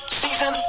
season